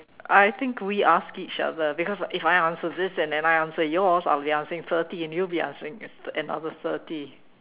I think we ask each other because if I answer this and I answer yours I'll be answering thirty and you'll be answering another thirty